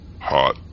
Hot